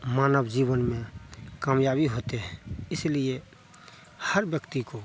मानव जीवन में कामयाबी होते हैं इसलिए हर व्यक्ति को